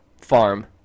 farm